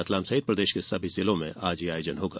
रतलाम सहित प्रदेष के सभी जिलों में आज यह आयोजन होगा